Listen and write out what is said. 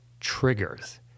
triggers